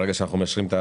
ברגע שאנחנו מאשרים?